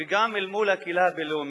וגם אל מול הקהילה הבין-לאומית.